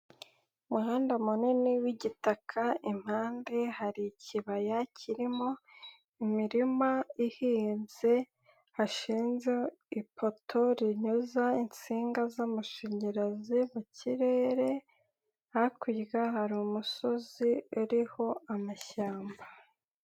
Umuhanda munini w'igitaka, impande hari ikibaya kirimo imirima ihinze hashinze ipoto rinyuza insinga z'amashanyarazi mu kirere, hakurya hari umusozi uriho amashyamba.